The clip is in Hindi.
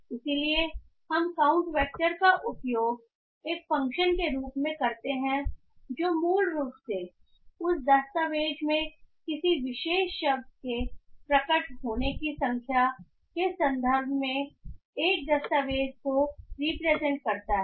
इसलिए हम काउंट वेक्टर का उपयोग एक फ़ंक्शन के रूप में करते हैं जो मूल रूप से उस दस्तावेज़ में किसी विशेष शब्द के प्रकट होने की संख्या के संदर्भ में एक दस्तावेज़ को रिप्रेजेंट करता है